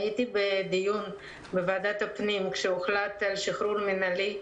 אני הייתי בדיון בוועדת הפנים כשהוחלט על שחרור מינהלי,